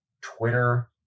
Twitter